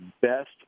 best